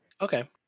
Okay